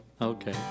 Okay